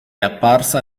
apparsa